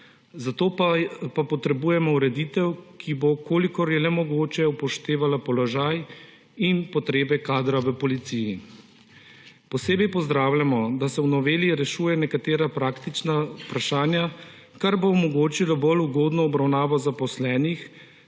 Zato potrebujemo ureditev, ki bo, kolikor je le mogoče, upoštevala položaj in potrebe kadra v policiji. Posebej pozdravljamo, da se v noveli rešujejo nekatera praktična vprašanja, kar bo omogočilo bolj ugodno obravnavo zaposlenih